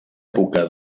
època